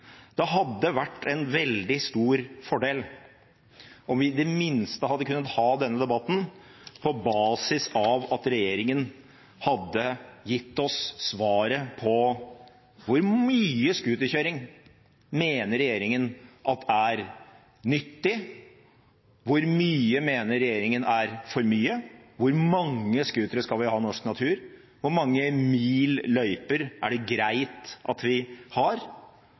Det hadde vært en veldig stor fordel om vi i det minste hadde kunnet ha denne debatten på basis av at regjeringen hadde gitt oss svaret på: Hvor mye scooterkjøring mener regjeringen at er nyttig? Hvor mye mener regjeringen er for mye? Hvor mange scootere skal vi ha i norsk natur? Hvor mange mil løyper er det greit at vi har?